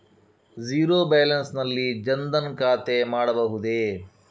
Zero balance ನಲ್ಲಿ ಜನ್ ಧನ್ ಖಾತೆ ಮಾಡಬಹುದೇ?